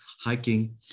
hiking